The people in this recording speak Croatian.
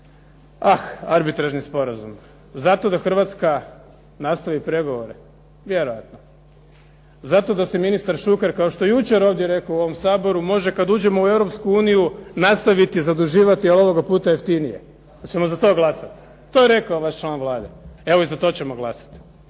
ah Arbitražni sporazum? Zato da Hrvatska nastavi pregovore. Vjerojatno. Zato da se ministar Šuker kao što je jučer ovdje rekao u ovom Saboru, može kada uđemo u Europsku uniju nastaviti zaduživati ali ovoga puta jeftinije. Da ćemo za to glasati. To je rekao vaš član Vlade. Evo i za to ćemo glasati,